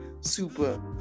super